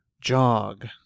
Jog